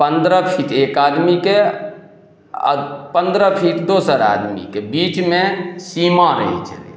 पन्द्रह फीट एक आदमीके आओर पन्द्रह फीट दोसर आदमीके बीचमे सीमा रहय छलै